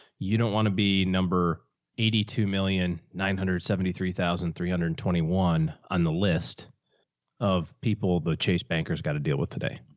you don't want to be number eighty two million nine hundred and seventy three thousand three hundred and twenty one on the list of people the chase bankers got to deal with today.